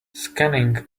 scanning